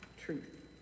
truth